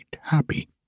happy